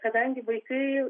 kadangi vaikai